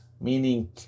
meaning